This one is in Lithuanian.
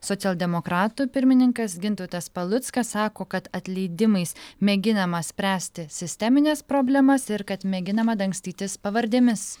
socialdemokratų pirmininkas gintautas paluckas sako kad atleidimais mėginama spręsti sistemines problemas ir kad mėginama dangstytis pavardėmis